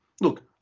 look